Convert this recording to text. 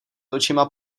očima